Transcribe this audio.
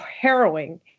harrowing